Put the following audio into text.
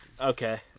Okay